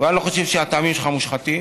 ואני לא חושב שהטעמים שלך מושחתים.